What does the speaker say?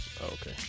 Okay